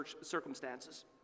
circumstances